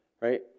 right